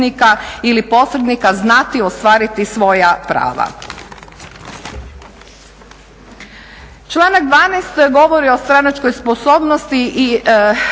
Članak 12. govori o stranačkoj sposobnosti i navodi